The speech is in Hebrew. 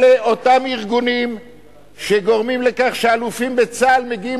אלה אותם ארגונים שגורמים לכך שאלופים בצה"ל מגיעים